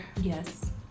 Yes